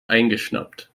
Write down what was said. eingeschnappt